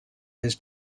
his